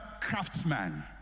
craftsman